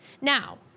Now